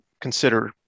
consider